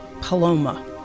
Paloma